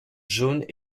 jaunes